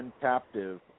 captive